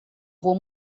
rua